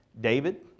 David